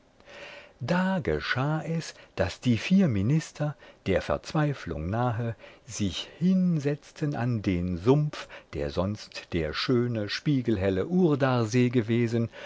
da geschah es daß die vier minister der verzweiflung nahe sich hinsetzten an den sumpf der sonst der schöne spiegelhelle urdarsee gewesen